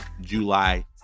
July